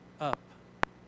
up